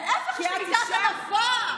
להפך, יש לי קצת ענווה.